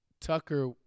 Tucker